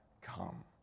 come